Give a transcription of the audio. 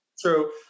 True